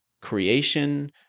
creation